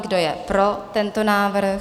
Kdo je pro tento návrh?